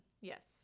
Yes